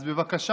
אז בבקשה,